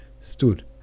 stood